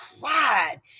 cried